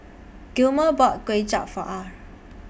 Gilmore bought Kway Chap For Ah